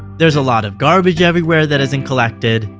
there's a lot of garbage everywhere that isn't collected,